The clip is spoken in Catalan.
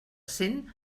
cent